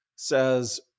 Says